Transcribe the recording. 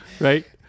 Right